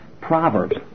Proverbs